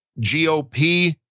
GOP